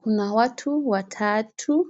Kuna watu watatu,